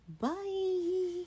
bye